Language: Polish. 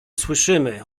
słyszymy